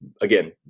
again